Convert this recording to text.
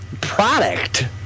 product